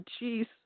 jeez